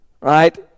Right